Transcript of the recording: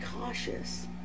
cautious